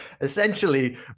Essentially